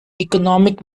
economic